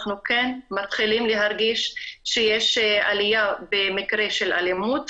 אנחנו כן מתחילים להרגיש שיש עלייה במקרי אלימות.